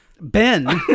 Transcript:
Ben